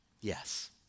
Yes